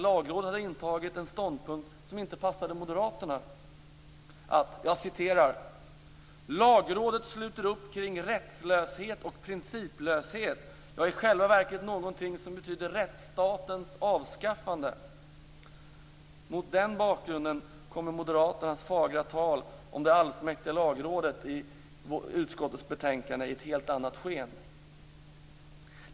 Lagrådet hade intagit en ståndpunkt som inte passade Moderaterna: "Lagrådet sluter upp kring rättslöshet och principlöshet, ja, i själva verket någonting som betyder rättsstatens avskaffande." Mot den bakgrunden kommer Moderaternas fagra tal om det allsmäktiga Lagrådet i utskottets betänkande i ett helt annat sken.